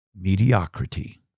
mediocrity